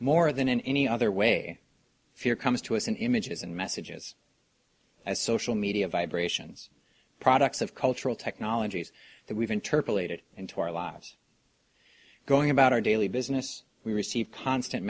more than in any other way fear comes to us in images and messages as social media vibrations products of cultural technologies that we've interpreted into our lives going about our daily business we receive constant